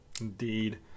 Indeed